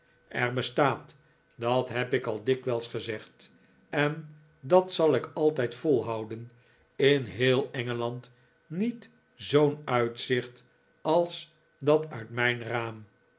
er bestaat dat heb ik al dikwijls gezegd en dat zal ik altijd volhouden in heel engeland niet zoo'n uitzicht als dat uit mijn raam